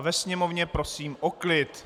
Ve sněmovně prosím o klid.